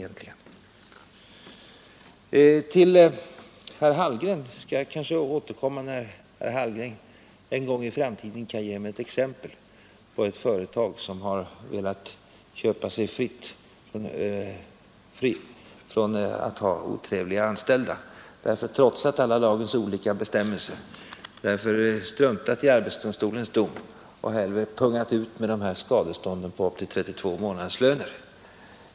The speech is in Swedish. Till herr Hallgren skall jag återkomma när herr Hallgren en gång i framtiden kan ge mig ett exempel på ett företag som har velat köpa sig fritt från att ha otrevliga anställda och därför trotsat lagens alla olika bestämmelser och struntat i arbetsdomstolens dom och hellre pungat ut med skadestånd på upp till 32 månadslöner.